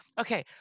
Okay